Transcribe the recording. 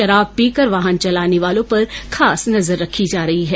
शराब पीकर वाहन चलाने वालों पर खास नजर रखी जा रही है